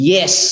Yes